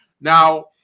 now